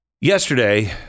Yesterday